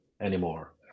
anymore